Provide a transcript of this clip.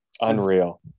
unreal